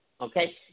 okay